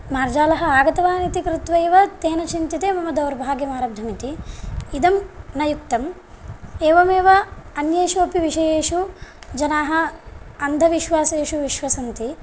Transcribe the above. मार्जालः आगतवान् इति कृत्वैव तेन चिन्त्यते मम दौर्भाग्यमारब्धमिति इदं न युक्तम् एवमेव अन्येषु अपि विषयेषु जनाः अन्धविश्वासेषु विश्वसिन्ति